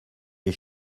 les